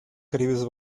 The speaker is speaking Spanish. caribes